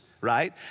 right